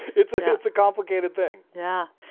it's a it's a complicated thing yeah.